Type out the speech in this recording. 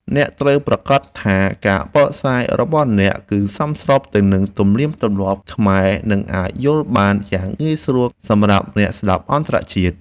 អ្នកត្រូវប្រាកដថាការបកស្រាយរបស់អ្នកគឺសមស្របទៅនឹងទំនៀមទម្លាប់ខ្មែរ និងអាចយល់បានយ៉ាងងាយស្រួលសម្រាប់អ្នកស្តាប់អន្តរជាតិ។